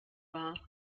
war